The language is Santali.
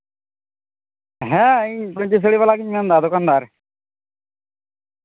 ᱦᱮᱸ ᱤᱧ ᱯᱟᱹᱧᱪᱤ ᱥᱟᱹᱲᱤ ᱵᱟᱞᱟ ᱜᱤᱧ ᱢᱮᱱᱫᱟ ᱫᱳᱠᱟᱱᱫᱟᱨ